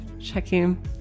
checking